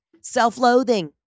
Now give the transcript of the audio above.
self-loathing